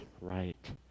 right